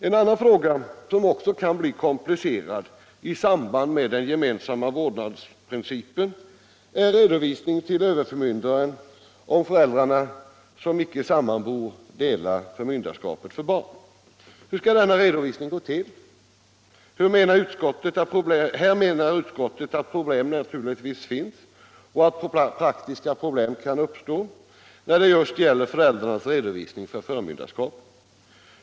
En annan fråga, som också kan bli komplicerad i samband med den gemensamma vårdnadsprincipen, är redovisningen till överförmyndaren om föräldrar som icke sammanbor delar förmynderskapet för barnet. Hur skall denna redovisning gå till? Här menar utskottet, att problemet naturligtvis finns och att praktiska problem kan uppstå när det just gäller föräldrarnas redovisning för förmynderskapet.